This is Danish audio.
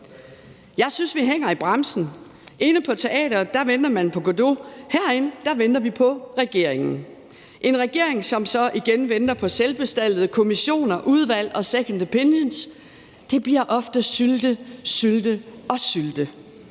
Jeg synes, at vi hænger i bremsen. Inde på teatret venter man på Godot, men herinde venter vi på regeringen – en regering, som så igen venter på selvbestaltede kommissioner, udvalg og second opinions, og det bliver ofte syltet, syltet og syltet.